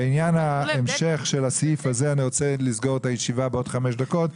בעניין המשך הסעיף הזה אני רוצה לסגור את הישיבה בעוד חמש דקות,